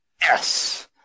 Yes